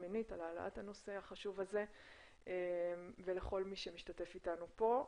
מינית על העלאת הנושא החשוב הזה ולכל מי שמשתתף איתנו פה.